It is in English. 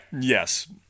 Yes